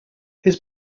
his